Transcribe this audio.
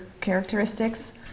characteristics